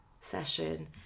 session